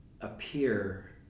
appear